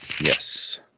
Yes